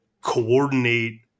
coordinate